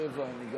גם